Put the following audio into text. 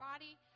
body